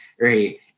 right